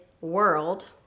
world